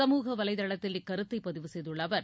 சமூக வலைத்தளத்தில் இக்கருத்தை பதிவு செய்துள்ள அவர்